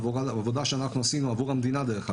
בעבודה שאנחנו עושים עבור המדינה דרך אגב,